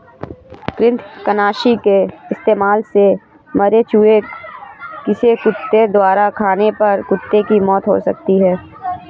कृतंकनाशी के इस्तेमाल से मरे चूहें को किसी कुत्ते द्वारा खाने पर कुत्ते की मौत हो सकती है